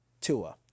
Tua